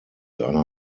einer